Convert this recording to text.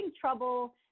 trouble